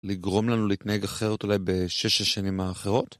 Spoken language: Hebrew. לגרום לנו להתנהג אחרת אולי בשש השנים האחרות?